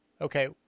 Okay